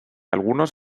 algunos